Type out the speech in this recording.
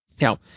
Now